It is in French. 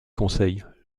conseil